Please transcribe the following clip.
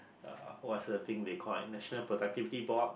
uh what's the thing they call it national productivity board